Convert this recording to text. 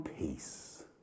peace